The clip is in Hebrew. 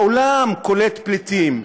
העולם קולט פליטים.